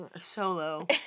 Solo